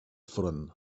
front